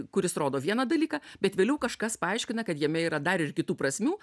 kuris rodo vieną dalyką bet vėliau kažkas paaiškina kad jame yra dar ir kitų prasmių